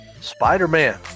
Spider-Man